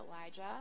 Elijah